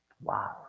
Wow